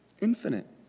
infinite